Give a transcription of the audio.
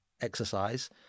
exercise